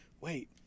wait